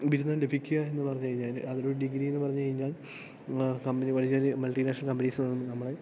ബിരുദം ലഭിക്കുക എന്ന് പറഞ്ഞുകഴിഞ്ഞാൾ അതൊരു ഡിഗ്രി എന്ന് പറഞ്ഞുകഴിഞ്ഞാൽ കമ്പനി വളരെയതികം മൾട്ടിനാഷണൽ കമ്പനീസ് വന്ന് നമ്മെ